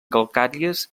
calcàries